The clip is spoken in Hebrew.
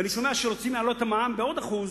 ואני שומע שרוצים להעלות את המע"מ ב-1%,